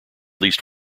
least